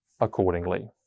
accordingly